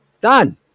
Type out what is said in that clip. Done